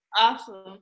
awesome